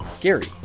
Gary